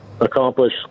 accomplish